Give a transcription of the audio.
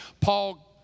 Paul